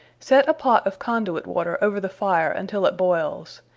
set a pot of conduit water over the fire untill it boiles,